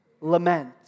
Lament